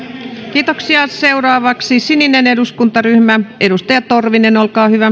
kiitoksia seuraavaksi sininen eduskuntaryhmä edustaja torvinen olkaa hyvä